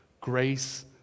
Grace